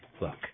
Look